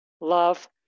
love